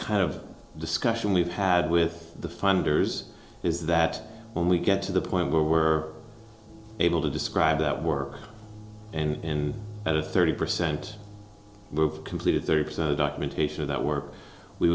kind of discussion we've had with the funders is that when we get to the point where we're able to describe that we're in at a thirty percent move completed thirty percent or documentation of that work we